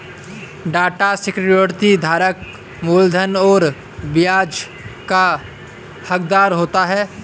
डेब्ट सिक्योरिटी धारक मूलधन और ब्याज का हक़दार होता है